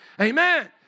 Amen